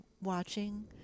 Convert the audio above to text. watching